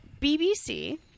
BBC